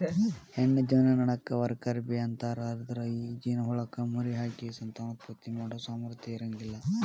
ಹೆಣ್ಣ ಜೇನನೊಣಕ್ಕ worker bee ಅಂತಾರ, ಅದ್ರ ಈ ಜೇನಹುಳಕ್ಕ ಮರಿಹಾಕಿ ಸಂತಾನೋತ್ಪತ್ತಿ ಮಾಡೋ ಸಾಮರ್ಥ್ಯ ಇರಂಗಿಲ್ಲ